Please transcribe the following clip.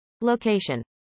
Location